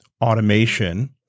automation